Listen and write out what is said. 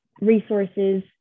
resources